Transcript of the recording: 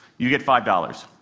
you get five dollars.